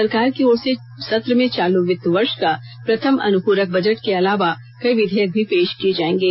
सरकार की ओर से सत्र में चालू वित्त वर्ष का प्रथम अनुप्रक बजट के अलावा कई विधेयक भी पेश किये जायेंगे